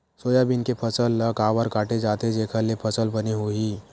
Soybean के फसल ल काबर काटे जाथे जेखर ले फसल बने होही?